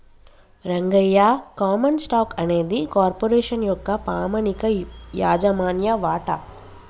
Rangayya common stock అనేది corporation యొక్క పామనిక యాజమాన్య వాట